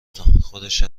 تون، خودش